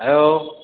hello